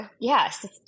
yes